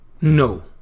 No